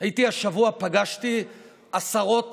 פגשתי השבוע עשרות